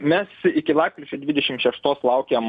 mes iki lapkričio dvidešim šeštos laukiam